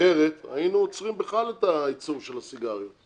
אחרת היינו עוצרים בכלל את הייצור של הסיגריות,